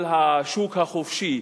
על השוק החופשי,